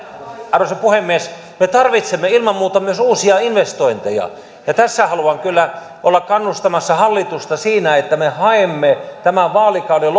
arvoisa puhemies me tarvitsemme ilman muuta myös uusia investointeja ja tässä haluan kyllä olla kannustamassa hallitusta siinä että me haemme tämän vaalikauden